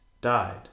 died